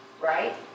right